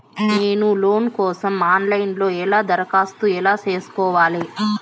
నేను లోను కోసం online లో ఎలా దరఖాస్తు ఎలా సేసుకోవాలి?